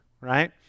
right